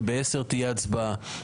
וב-10:00 תהיה הצבעה.